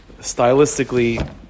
stylistically